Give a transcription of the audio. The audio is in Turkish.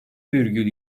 virgül